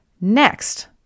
Next